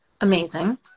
amazing